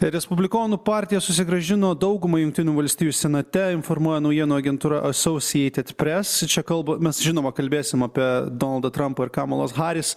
respublikonų partija susigrąžino daugumą jungtinių valstijų senate informuoja naujienų agentūra associated press čia kalba mes žinoma kalbėsim apie donaldą trampą ir kamalos harris